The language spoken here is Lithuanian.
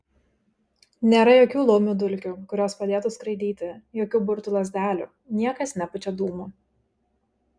nėra jokių laumių dulkių kurios padėtų skraidyti jokių burtų lazdelių niekas nepučia dūmų